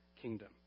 kingdom